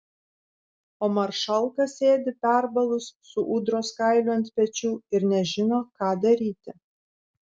o maršalka sėdi perbalus su ūdros kailiu ant pečių ir nežino ką daryti